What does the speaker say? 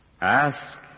Ask